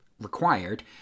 required